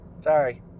sorry